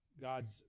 God's